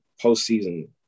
postseason